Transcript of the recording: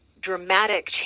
dramatic